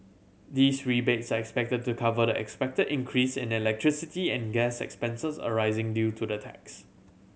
these rebates are expected to cover the expected increase and electricity and gas expenses arising due to the tax